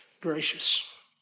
gracious